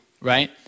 right